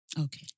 Okay